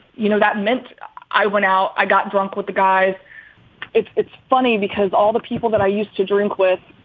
you know, that meant i went out, i got drunk with the guys it's it's funny because all the people that i used to drink with,